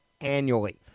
annually